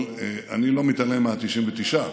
אבל אני לא מתעלם מה-99.